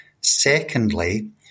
Secondly